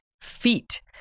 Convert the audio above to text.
feet